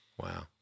wow